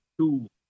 two